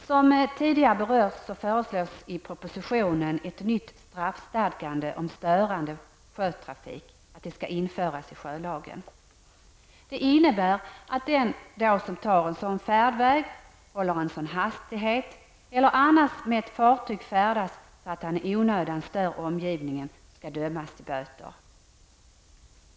Som tidigare berörts föreslås i propositionen att ett nytt straffstadgande om störande sjötrafik införs i sjölagen. Det innebär att den som tar en sådan färdväg, håller en sådan hastighet eller annars med ett fartyg färdas så att han i onödan stör omgivningen skall dömas till böter.